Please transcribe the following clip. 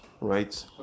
right